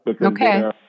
Okay